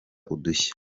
udushya